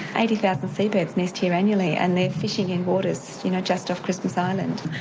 eighty thousand sea birds nest here annually and they're fishing in waters you know just off christmas island.